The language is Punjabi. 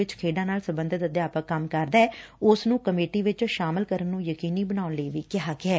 ਜਿਸ ਸਕੁਲ ਵਿੱਚ ਖੇਡਾਂ ਨਾਲ ਸਬੰਧਿਤ ਅਧਿਆਪਕ ਕੰਮ ਕਰਦੈ ਉਸ ਨੂੰ ਕਮੇਟੀ ਵਿੱਚ ਸ਼ਾਮਲ ਕਰਨ ਨੂੰ ਯਕੀਨੀ ਬਨਾਉਣ ਲਈ ਵੀ ਕਿਹਾ ਗਿਐ